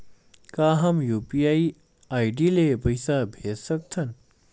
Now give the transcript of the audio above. का हम UPI ID ले पईसा भेज सकथन?